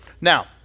Now